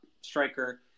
striker